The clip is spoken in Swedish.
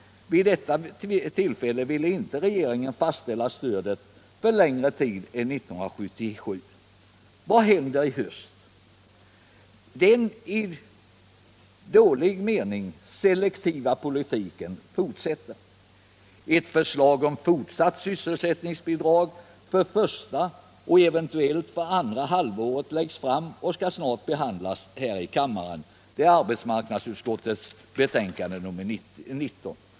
Vid detta tillfälle ville inte regeringen fastställa stödet för längre tid än t.o.m., 1977. Vad har då hänt i höst? Den i dålig mening selektiva politiken fortsätter. Ett förslag om fortsatta sysselsättningsbidrag för första och eventuellt även för andra halvåret har lagts fram och skall snart behandlas här i kammaren enligt arbetsmarknadsutskottets betänkande nr 19.